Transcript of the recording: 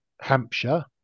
Hampshire